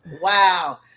wow